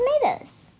tomatoes